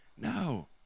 No